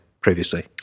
previously